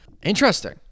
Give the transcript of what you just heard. Interesting